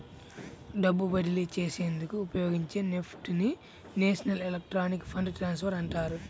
డబ్బు బదిలీ చేసేందుకు ఉపయోగించే నెఫ్ట్ ని నేషనల్ ఎలక్ట్రానిక్ ఫండ్ ట్రాన్స్ఫర్ అంటారు